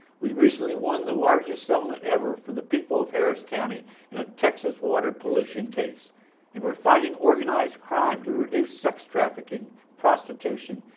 we recently won the largest settlement ever for the people of harris county in a texas water pollution case and we're fighting organized crime to reduce sex trafficking, prostitution,